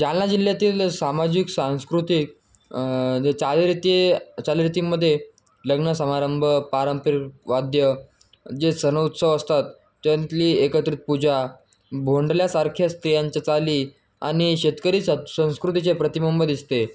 जालना जिल्ह्यातील सामाजिक सांस्कृतिक जे चालीरीती चालीरतींमध्ये लग्न समारंभ पारंपरिक वाद्य जे सणोत्सव असतात त्यातली एकत्रित पूजा भोंडल्यासारख्या स्त्रियांच्या चाली आणि शेतकरी स संस्कृतीचे प्रतिबंब दिसते